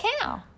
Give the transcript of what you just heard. cow